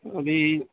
ابھی